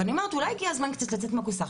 אבל אני אומרת אולי הגיע הזמן קצת לצאת מהקופסה.